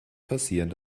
passieren